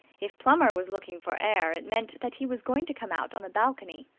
if plummer was looking for air, it meant that he was going to come out on the balcony.